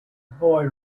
boy